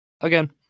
again